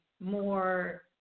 more